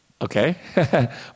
Okay